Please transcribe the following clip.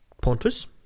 Pontus